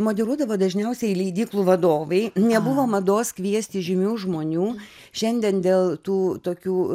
moderuodavo dažniausiai leidyklų vadovai nebuvo mados kviesti žymių žmonių šiandien dėl tų tokių